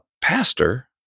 pastor